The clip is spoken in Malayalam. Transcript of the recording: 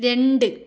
രണ്ട്